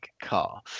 car